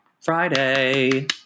Friday